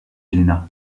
helena